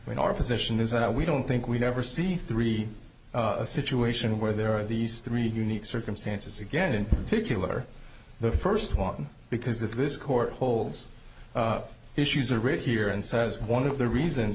when our position is that we don't think we'll ever see three a situation where there are these three unique circumstances again in particular the first one because if this court holds issues are raised here and says one of the reasons